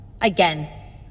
Again